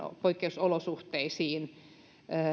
poikkeusolosuhteisiin